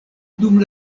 dum